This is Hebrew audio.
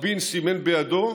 רבין סימן בידו,